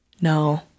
No